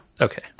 okay